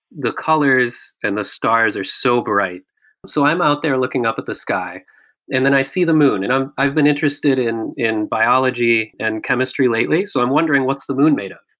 the colors and the stars are so bright so i'm out there looking up at the sky and then i see the moon. and i've been interested in in biology and chemistry lately, so i'm wondering what's the moon made up.